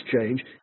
change